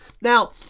Now